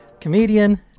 comedian